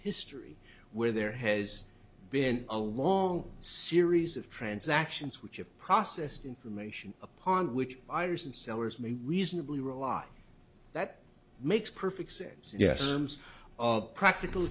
history where there has been a long series of transactions which have processed information upon which ayers and sellers may reasonably rely that makes perfect sense yes of practical